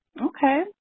Okay